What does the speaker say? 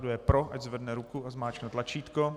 Kdo je pro, ať zvedne ruku a zmáčkne tlačítko.